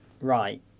right